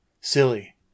silly